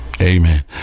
amen